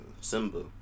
Simba